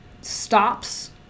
stops